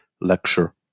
lecture